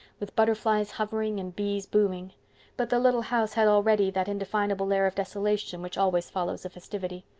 with butterflies hovering and bees booming but the little house had already that indefinable air of desolation which always follows a festivity.